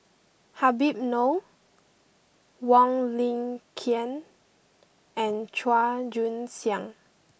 Habib Noh Wong Lin Ken and Chua Joon Siang